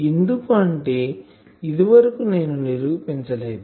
ఎందుకు అంటే ఇదివరకు నేను నిరూపించలేదు